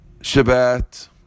Shabbat